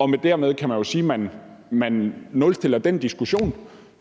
andet? Dermed kan man jo sige, at man nulstiller den diskussion,